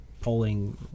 polling